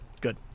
Good